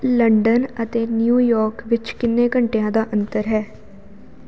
London ਅਤੇ New York ਵਿੱਚ ਕਿੰਨੇ ਘੰਟਿਆਂ ਦਾ ਅੰਤਰ ਹੈ